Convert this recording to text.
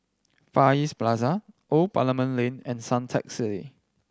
Far East Plaza Old Parliament Lane and Suntec City